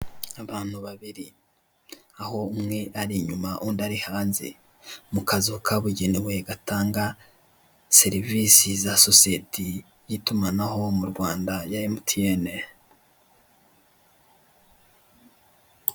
Abantu babiri, aho umwe ari inyuma undi ari hanze, mu kazu kabugenewe gatanga serivisi za soseti y'itumanaho mu Rwanda ya Emutiyene.